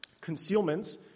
Concealments